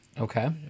Okay